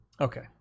Okay